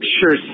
sure